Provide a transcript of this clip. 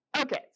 Okay